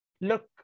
look